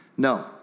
No